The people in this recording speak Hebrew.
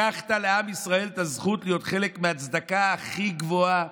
לקחת לעם ישראל את הזכות להיות חלק מהצדקה הכי גבוהה